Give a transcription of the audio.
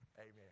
Amen